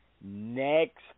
next